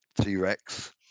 T-Rex